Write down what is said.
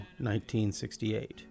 1968